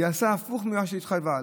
היא עשתה הפוך ממה שהיא התחייבה,